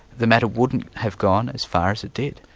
the matter wouldn't have gone as far as it did.